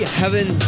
heaven